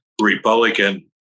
Republican